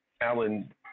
Alan